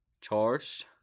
charged